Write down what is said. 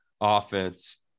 offense